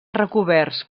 recoberts